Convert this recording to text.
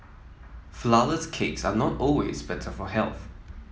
flourless cakes are not always better for health